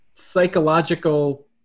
psychological